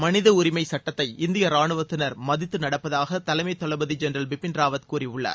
மளித உரிமை சுட்டத்தை இந்திய ரானுவத்தினர் மதித்து நடப்பதாக தலைமை தளபதி ஜென்ரல் பிபின் ராவத் கூறியுள்ளார்